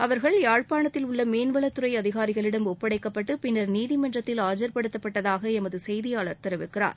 அவர்கள் யாழ்ப்பாணத்தில் உள்ள மீன்வளத் துறை அதிகாரிகளிடம் ஒப்படைக்கப்பட்டு பின்னர் நீதிமன்றத்தில் ஆஜர்படுத்தப்பட்டதாக எமது செய்தியாளர் தெரிவிக்கிறார்